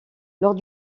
lors